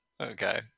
okay